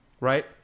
right